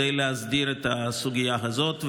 כדי להסדיר את הסוגיה הזאת.